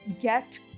get